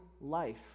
life